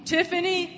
Tiffany